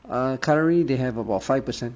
err currently they have about five percent